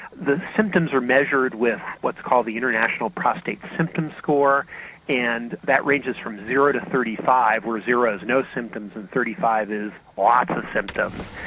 the symptoms are measured with what's called the international prostate symptom score and that ranges from zero to thirty five where zero is no symptoms and thirty five is lots of symptoms.